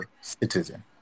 citizen